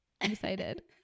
excited